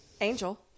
Angel